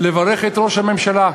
לברך את ראש הממשלה.